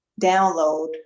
download